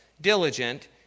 diligent